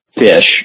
fish